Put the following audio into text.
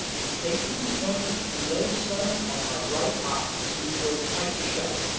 and taking the ointment he laid some on my right eye, which was tight shut.